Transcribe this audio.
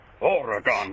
Oregon